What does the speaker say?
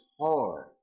hard